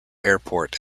airport